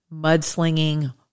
mudslinging